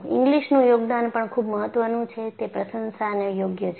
ઇંગ્લિસનું યોગદાન પણ ખૂબ મહત્વનું છે તે પ્રસંશા ને યોગ્ય છે